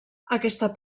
aquesta